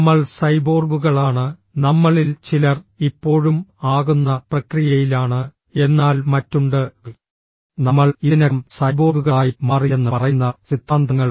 നമ്മൾ സൈബോർഗുകളാണ് നമ്മളിൽ ചിലർ ഇപ്പോഴും ആകുന്ന പ്രക്രിയയിലാണ് എന്നാൽ മറ്റ് ഉണ്ട് നമ്മൾ ഇതിനകം സൈബോർഗുകളായി മാറിയെന്ന് പറയുന്ന സിദ്ധാന്തങ്ങൾ